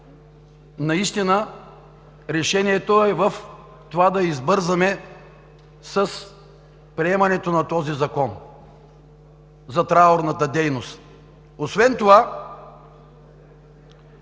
трайно, решението е в това да избързаме с приемането на този закон за траурната дейност. Освен това,